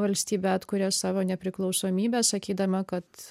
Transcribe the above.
valstybė atkuria savo nepriklausomybę sakydama kad